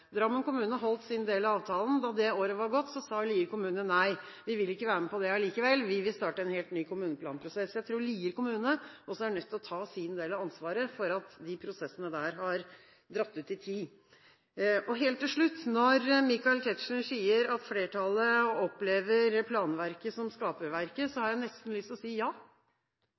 Drammen kommune holdt sin del av avtalen. Da det året var gått, sa Lier kommune nei, vi vil ikke være med på det allikevel, vi vil starte en helt ny kommuneplanprosess. Jeg tror Lier kommune også er nødt til å ta sin del av ansvaret for at de prosessene der har dratt ut i tid. Helt til slutt: Når Michael Tetzschner sier at flertallet opplever planverket som skaperverket, har jeg nesten lyst til å si ja.